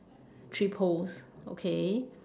three poles okay